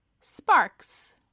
sparks